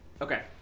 Okay